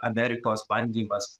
amerikos bandymas